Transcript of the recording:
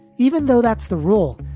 even though that's the rule.